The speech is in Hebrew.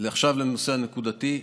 עכשיו לנושא הנקודתי.